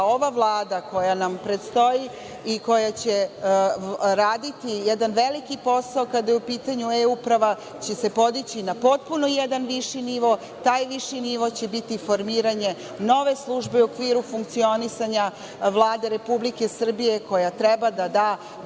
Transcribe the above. ova Vlada koja nam predstoji i koja će raditi jedan veliki posao kada je u pitanju E-uprava, će se podići na potpuno jedan viši nivo. Taj viši nivo će biti formiranje nove službe u okviru funkcionisanja Vlade Republike Srbije, koja treba da da